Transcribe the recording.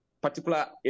particular